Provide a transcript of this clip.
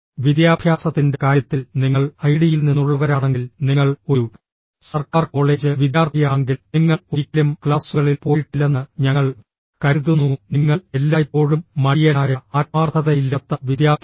വിദ്യാഭ്യാസത്തിന്റെ കാര്യത്തിൽ നിങ്ങൾ ഐഐടിയിൽ നിന്നുള്ളവരാണെങ്കിൽ നിങ്ങൾ ഒരു സർക്കാർ കോളേജ് വിദ്യാർത്ഥിയാണെങ്കിൽ നിങ്ങൾ ഒരിക്കലും ക്ലാസുകളിൽ പോയിട്ടില്ലെന്ന് ഞങ്ങൾ കരുതുന്നു നിങ്ങൾ എല്ലായ്പ്പോഴും മടിയനായ ആത്മാർത്ഥതയില്ലാത്ത വിദ്യാർത്ഥിയാണ്